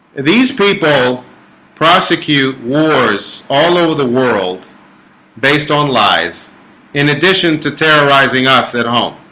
these people prosecute wars all over the world based on lies in addition to terrorizing us at home